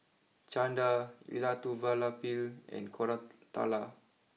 Chanda Elattuvalapil and Koratala